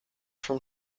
from